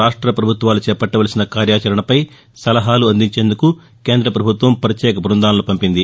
రాష్ట్ర పభుత్వాలు చేపట్లవలసిన కార్యాచరణపై సలహాలు అందించేందుకు కేంద పభుత్వం ప్రత్యేక బృందాలను పంపింది